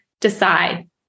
decide